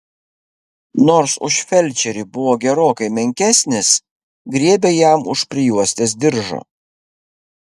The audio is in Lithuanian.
nors už felčerį buvo gerokai menkesnis griebė jam už prijuostės diržo